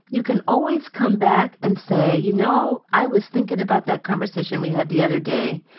you can always come back and say, you know, i was thinking about that conversation we had the other day,